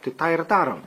tai tą ir darom